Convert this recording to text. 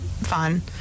fun